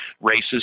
races